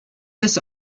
this